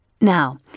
Now